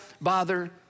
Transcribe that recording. bother